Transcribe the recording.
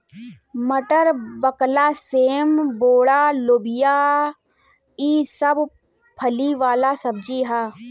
मटर, बकला, सेम, बोड़ा, लोबिया ई सब फली वाला सब्जी ह